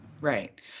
Right